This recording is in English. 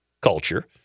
culture